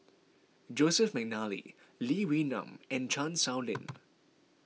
Joseph McNally Lee Wee Nam and Chan Sow Lin